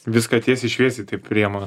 viską tiesiai šviesiai taip priema